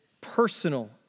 personal